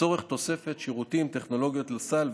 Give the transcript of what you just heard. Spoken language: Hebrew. לצורך תוספת שירותים וטכנולוגיות לסל,